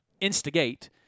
instigate